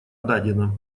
дадено